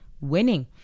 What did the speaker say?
winning